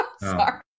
Sorry